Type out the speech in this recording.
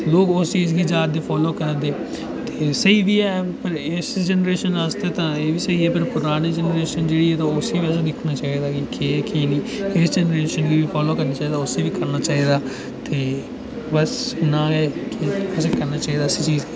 लोक उस चीज गी जारदे फालो करै दे ते स्हेई बी ऐ पर इस जैनरेशन आस्तै तां एहबी स्हेई पर परानी जैनरेशन जेह्की ऐ ते उसी बी असें दिक्खना चाहिदा कि केह् केह् इस जैनरेशन गी बी फालो करचै ता उसी बी करना चाहिदा ते बस इन्ना गै असें करना चाहिदा इस चीज गी